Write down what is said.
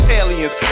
aliens